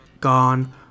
Gone